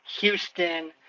Houston